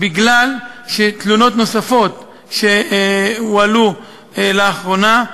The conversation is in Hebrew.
בגלל תלונות נוספות שהועלו לאחרונה,